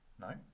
No